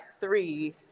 three